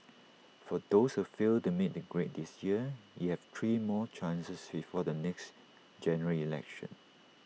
for those who failed to make the grade this year you have three more chances before the next General Election